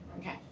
Okay